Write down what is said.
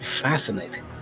Fascinating